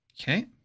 Okay